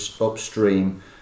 upstream